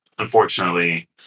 unfortunately